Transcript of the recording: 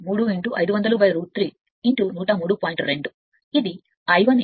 2 ఇది I 1 శక్తి కారకం 0